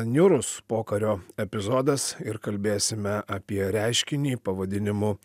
niūrus pokario epizodas ir kalbėsime apie reiškinį pavadinimu